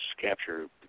capture